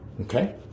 Okay